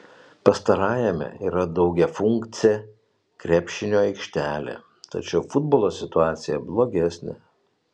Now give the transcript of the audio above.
pastarajame yra daugiafunkcė krepšinio aikštelė tačiau futbolo situacija blogesnė